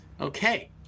okay